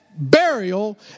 burial